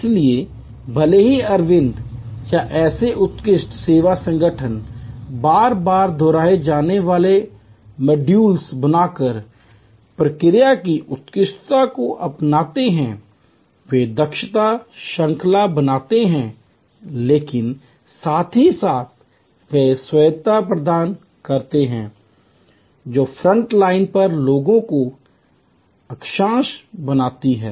इसलिए भले ही अरविंद या ऐसे उत्कृष्ट सेवा संगठन बार बार दोहराए जाने वाले मॉड्यूल बनाकर प्रक्रिया की उत्कृष्टता को अपनाते हैं वे दक्षता श्रृंखला बनाते हैं लेकिन साथ ही साथ वे स्वायत्तता प्रदान करते हैं जो फ्रंट लाइन पर लोगों को अक्षांश बनाते हैं